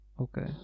Okay